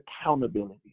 accountability